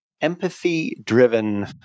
empathy-driven